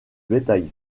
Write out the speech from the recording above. bétail